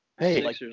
Hey